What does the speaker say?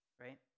right